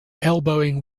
elbowing